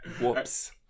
Whoops